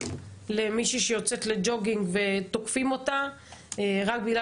למישהי שיוצאת לג'וגינג ותוקפים אותה רק בגלל